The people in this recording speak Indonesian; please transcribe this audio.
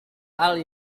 hal